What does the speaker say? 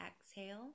exhale